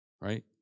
Right